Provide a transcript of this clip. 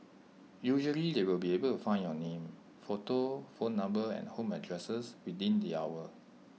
usually they will be able to find your name photo phone number and home addresses within the hour